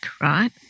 right